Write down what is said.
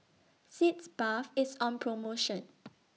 Sitz Bath IS on promotion